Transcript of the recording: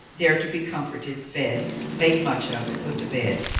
there to be comforted, fed, made much of and put to bed,